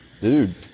Dude